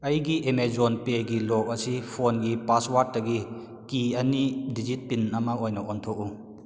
ꯑꯩꯒꯤ ꯑꯦꯃꯦꯖꯣꯟ ꯄꯦꯒꯤ ꯂꯣꯛ ꯑꯁꯤ ꯐꯣꯟꯒꯤ ꯄꯥꯁꯋꯥꯠꯇꯒꯤ ꯀꯤ ꯑꯅꯤ ꯗꯤꯖꯤꯠ ꯄꯤꯟ ꯑꯃ ꯑꯣꯏꯅ ꯑꯣꯟꯊꯣꯛꯎ